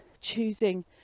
choosing